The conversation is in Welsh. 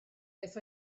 beth